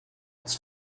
its